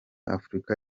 afurika